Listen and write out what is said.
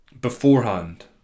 beforehand